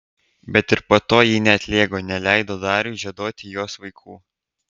bet ir po to ji neatlėgo neleido dariui žieduoti jos vaikų